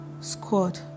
Squad